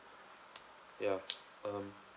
yeah um